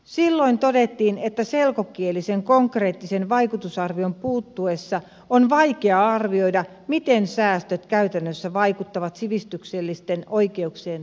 silloin todettiin että selkokielisen konkreettisen vaikutusarvion puuttuessa on vaikea arvioida miten säästöt käytännössä vaikuttavat sivistyksellisten oikeuksien toteuttamiseen